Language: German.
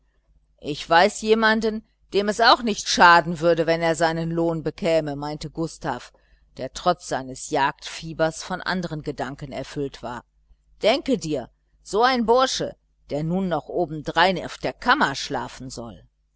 ich weiß jemanden dem es auch nicht schaden würde wenn er seinen lohn bekäme meinte gustav der trotz seines jagdfiebers von andern gedanken erfüllt war denke dir so ein bursche der nun noch obendrein auf der kammer schlafen soll